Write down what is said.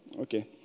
Okay